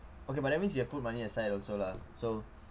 okay but that means you have put money aside also lah so